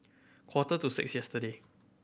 quarter to six yesterday